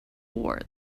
war